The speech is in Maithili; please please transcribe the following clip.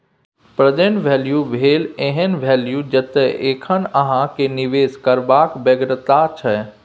प्रेजेंट वैल्यू भेल एहन बैल्यु जतय एखन अहाँ केँ निबेश करबाक बेगरता छै